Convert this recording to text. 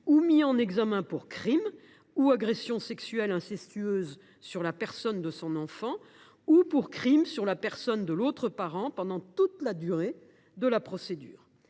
ou mis en examen pour crime ou agression sexuelle incestueuse sur son enfant, ou pour crime commis contre l’autre parent pendant toute la durée de la procédure.